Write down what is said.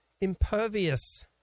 impervious